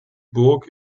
burg